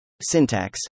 syntax